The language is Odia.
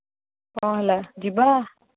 କ'ଣ ହେଲା ଯିବା